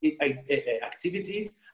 activities